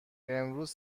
امروز